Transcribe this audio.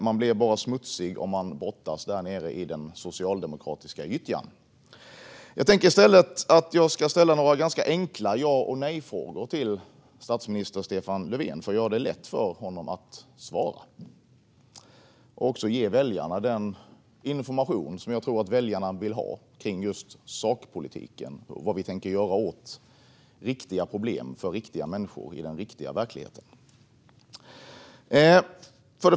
Man blir bara smutsig om man brottas där nere i den socialdemokratiska gyttjan. Jag tänker i stället ställa några ganska enkla ja-eller-nej-frågor till statsminister Stefan Löfven för att göra det lätt för honom att svara och för att ge väljarna den information som jag tror att de vill ha när det gäller sakpolitiken och vad vi tänker göra åt riktiga problem för riktiga människor i den riktiga verkligheten.